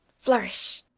flourish.